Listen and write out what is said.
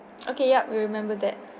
okay yup we'll remember that